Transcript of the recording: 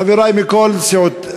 חברי בכל הסיעות,